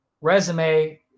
resume